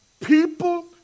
people